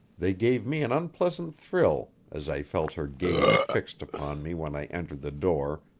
they gave me an unpleasant thrill as i felt her gaze fixed upon me when i entered the door,